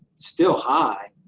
still high.